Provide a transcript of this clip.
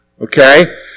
Okay